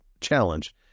challenge